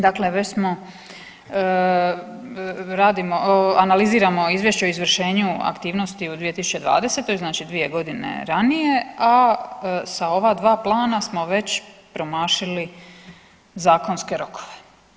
Dakle, već smo radimo, analiziramo izvješće o izvršenju aktivnosti u 2020., znači 2 godine ranije, a sa ova 2 plana smo već promašili zakonske rokove.